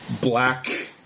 black